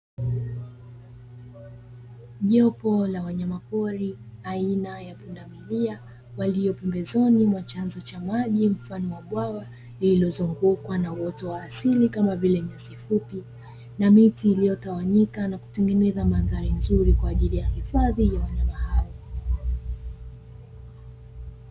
Jopo la wanyama pori aina ya pundamilia, walio pembezoni mwa chanzo cha maji mfano wa bwawa lililozungukwa na uoto wa asili kama vile nyasi fupi, na miti iliyotawanyika, na kutengeneza mandhari nzuri kwa ajili ya hifadhi ya wanyama hao.